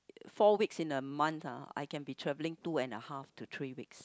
four weeks in a month ah I can be travelling two and a half to three weeks